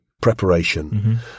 preparation